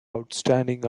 outstanding